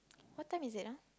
what time is it ah